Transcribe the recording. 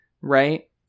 right